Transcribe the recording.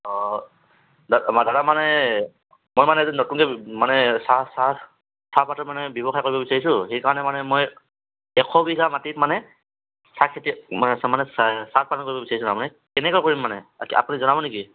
অ দাদা মানে মই মানে আজি নতুনকৈ মানে চাহ চাহ চাহপাতৰ মানে ব্যৱসায় কৰিব বিচাৰিছোঁ সেইকাৰণে মানে মই এশ বিঘা মাটিত মানে চাহ খেতি মানে চাহ উৎপাদন কৰিব বিচাৰিছোঁ তাৰমানে কেনেকৈ কৰিম মানে আপুনি জনাব নেকি